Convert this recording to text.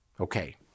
Okay